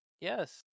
yes